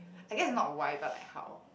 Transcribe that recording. I guess not why but like how